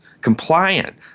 compliant